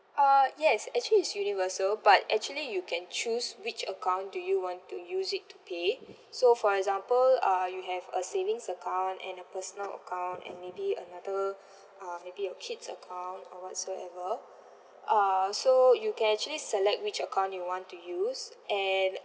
uh yes actually it's universal but actually you can choose which account do you want to use it to pay so for example uh you have a savings account and a personal account and maybe another uh maybe your kid's account or whatsoever uh so you can actually select which account you want to use and